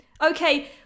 Okay